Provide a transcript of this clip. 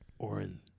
Orin